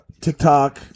TikTok